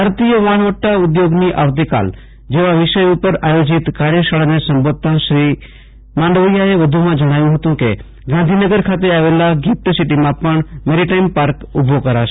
ભારતીય વહાણવટા ઉઘોગની આવતીકાલ જેવા વિષય ઉપર આયોજીત કાર્યશાળાને સંબોધતા શ્રી માંડવીયાએ વધુમાં જણાવ્યુ કે ગાંધીનગર ખાતે આવેલા ગિફ્ટસીટીમાં પણ મેરીટાઈમ પાર્ક ઉભો કરાશે